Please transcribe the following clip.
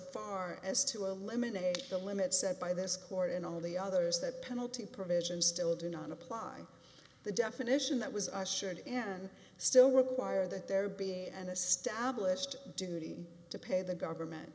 far as to eliminate the limits set by this court and all the others that penalty provisions still do not apply the definition that was i should and still require that there be an established duty to pay the government